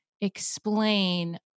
explain